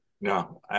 No